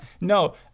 no